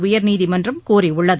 உயர்நீதிமன்றம் கூறியுள்ளது